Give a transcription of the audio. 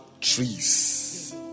trees